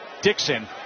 Dixon